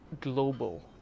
global